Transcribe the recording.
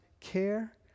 care